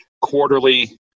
quarterly